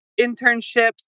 internships